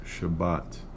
Shabbat